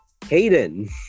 Caden